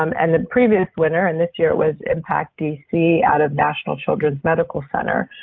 um and the previous winner and this year, it was impact dc out of national children's medical center,